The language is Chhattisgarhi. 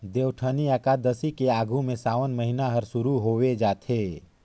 देवउठनी अकादसी के आघू में सावन महिना हर सुरु होवे जाथे